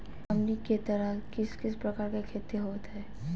हमनी के तरफ किस किस प्रकार के खेती होवत है?